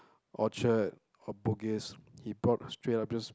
Orchard or Bugis he bought straight up just